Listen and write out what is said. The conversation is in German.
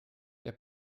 der